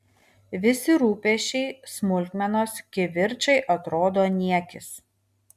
visi rūpesčiai smulkmenos kivirčai atrodo niekis